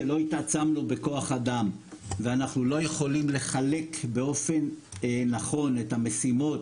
שלא התעצמנו בכוח אדם ואנחנו לא יכולים לחלק באופן נכון את המשימות,